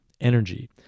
energy